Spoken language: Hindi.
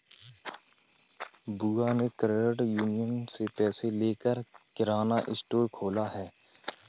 बुआ ने क्रेडिट यूनियन से पैसे लेकर किराना स्टोर खोला है